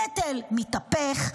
הנטל מתהפך,